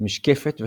משקפת וכדומה.